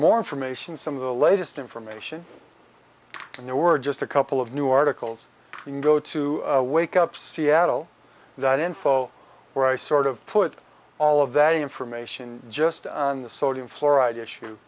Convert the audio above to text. more information some of the latest information and there were just a couple of new articles we can go to wake up seattle that info or i sort of put all of that information just on the sodium fluoride issue